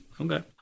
Okay